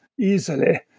easily